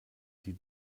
die